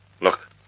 Look